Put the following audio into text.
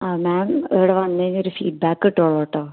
ആ മാം ഇവിടെ വന്നതിനൊരു ഫീഡ്ബാക്ക് ഇട്ടോളൂ കേട്ടോ